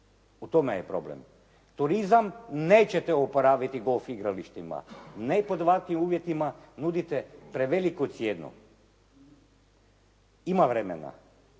U tome je problem. Turizam nećete oporaviti golf igralištima. Ne pod ovakvim uvjetima, nudite preveliku cijenu. Ima vremena.